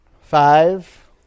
Five